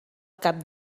cap